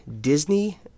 Disney